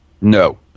No